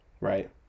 Right